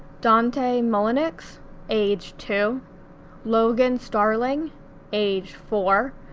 dante mullinix age two logan starling age four,